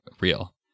real